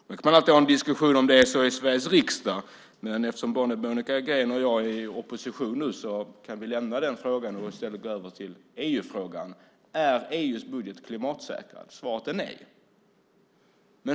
Sedan kan man alltid ha en diskussion om det är så i Sveriges riksdag, men eftersom både Monica Green och jag är i opposition nu kan vi lämna den frågan och i stället gå över till EU-frågan. Är EU:s budget klimatsäkrad? Svaret är nej.